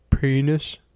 Penis